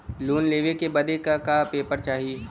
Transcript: Loan लेवे बदे का का पेपर चाही?